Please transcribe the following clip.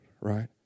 right